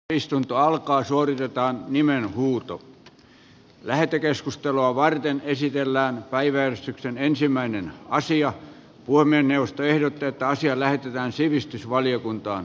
puhemiesneuvosto ehdottaa että asia lähetetään sivistysvaliokuntaan